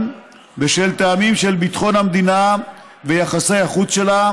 בשל טעמים של ביטחון המדינה ויחסי החוץ שלה,